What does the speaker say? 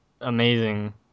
amazing